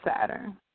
Saturn